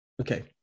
okay